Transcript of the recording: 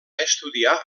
estudiar